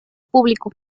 público